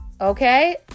okay